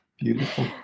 Beautiful